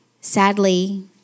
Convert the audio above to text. Sadly